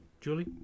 Julie